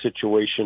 situation